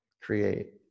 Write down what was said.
Create